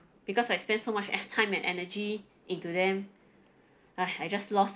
because I spend so much eh time and energy into them !hais! I just lost